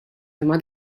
imma